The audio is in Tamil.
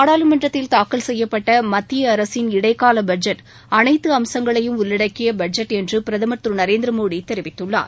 நாடாளுமன்றத்தில் தாக்கல் செய்யப்பட்ட மத்தியஅரசின் இடைக்கால பட்ஜேட் அனைத்து அம்சங்களையும் உள்ளடக்கிய பட்ஜெட் என்று பிரதமர் திரு நரேந்திரமோடி தெரிவித்துள்ளார்